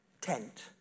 tent